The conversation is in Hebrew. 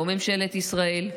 לא ממשלת ישראל,